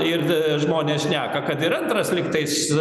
ir žmonės šneka kad ir antras lygtais